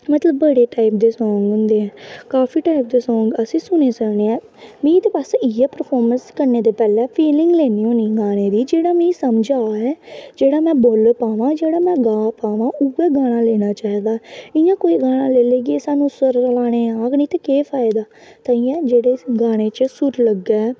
बड़े टाइप दे सांग होंदे काफी टाइप दे सांग होंदे असी सुनी सकने आं मिगी ते बस परफार्म करने दे पैह्लें फिलिंग लैन्नी होन्नी जेह्ड़ा मिगी समझ आवै जेह्ड़ा में बोली पाना उसै गाना लेना चाहिदा इ'यां कोई गाना लेई लैगे समझ निं औना ते केह् फायदा कन्नै जेह्ड़े गाने च सुर लग्गै